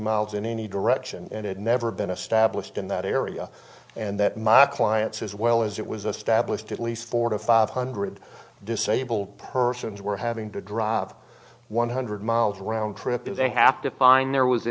miles in any direction and had never been established in that area and that my clients as well as it was established at least four to five hundred disabled persons were having to drive one hundred miles round trip of a happy to find there was a